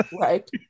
Right